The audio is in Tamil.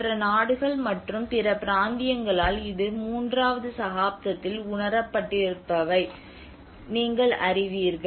மற்ற நாடுகள் மற்றும் பிற பிராந்தியங்களால் இது மூன்றாவது சகாப்தத்தில் உணரப்பட்டிருப்பதை நீங்கள் அறிவீர்கள்